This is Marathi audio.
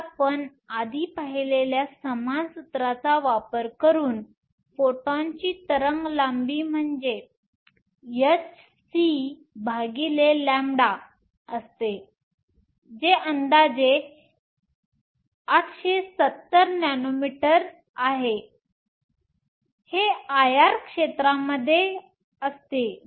तर आपण आधी पाहिलेल्या समान सूत्राचा वापर करून फोटॉनची तरंग लांबी म्हणजे hc λ असते जे अंदाजे 870 नॅनोमीटर आहे हे IR क्षेत्रामध्ये असते